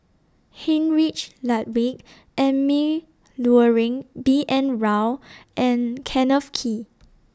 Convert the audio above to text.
Heinrich Ludwig Emil Luering B N Rao and Kenneth Kee